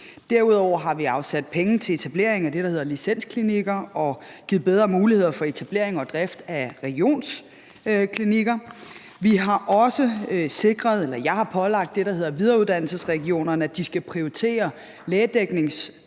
dels har vi afsat penge til etablering af det, der hedder licensklinikker, og givet bedre muligheder for etablering og drift af regionsklinikker. Jeg har også pålagt det, der hedder videreuddannelsesregionerne, at de skal prioritere lægedækningstruede